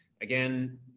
again